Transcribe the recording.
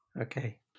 Okay